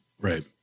Right